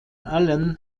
allen